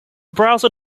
browser